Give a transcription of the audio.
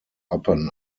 upon